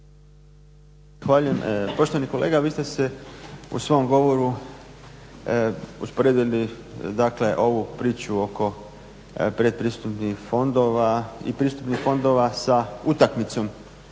Zahvaljujem. Poštovani kolega vi ste se u svom govoru usporedili dakle ovu priču oko pretpristupnih fondova i pristupnih fondova sa utakmicom